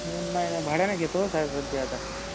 नाही नाही भाड्यानं घेतो हो साहेब सध्या आता